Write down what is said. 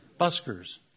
Buskers